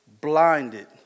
blinded